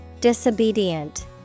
Disobedient